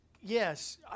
Yes